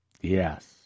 yes